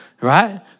Right